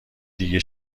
دیگه